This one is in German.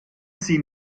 sie